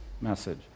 message